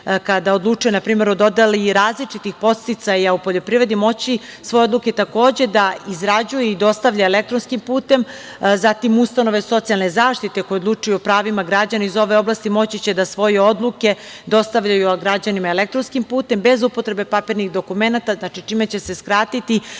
kada odlučuje, na primer, o dodeli različitih podsticaja u poljoprivredi moći će svoje odluke takođe da izrađuje i dostavlja elektronskim putem, zatim ustanove socijalne zaštite koje odlučuju o pravima građana iz ove oblasti moći će da svoje odluke dostavljaju građanima elektronskim putem, bez upotrebe papirnih dokumenata, čime će se skratiti